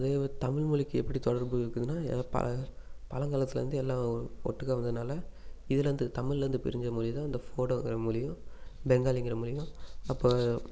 அதே மாதிரி தமிழ்மொழிக்கு எப்படி தொடர்பு இருக்குதுன்னா அ ப பழங்காலத்துல இருந்து எல்லாம் ஒட்டுக்க வந்ததுனால இதுல இருந்து தமிழ்ல இருந்து பிரிஞ்ச மொழி தான் இந்த ஃபோடோங்கிற மொழியும் பெங்காலிங்கிற மொழியும் அப்போ